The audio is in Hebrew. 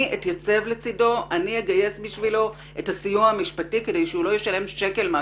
אתייצב לצדו ואני אגייס את הסיוע המשפטי כדי שהוא לא ישלם שקל מכיסו.